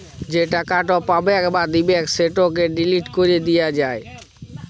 যে টাকাট পাবেক বা দিবেক সেটকে ডিলিট ক্যরে দিয়া যায়